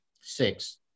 Six